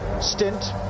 stint